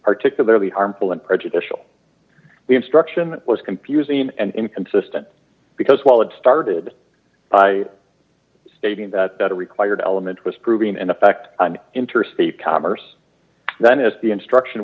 particularly harmful and prejudicial the instruction was confusing and inconsistent because while it started by stating that the required element was proving an effect on interstate commerce then as the instruction